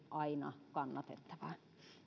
aina kannatettavaa